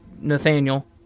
Nathaniel